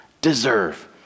deserve